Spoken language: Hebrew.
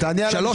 זה 8%,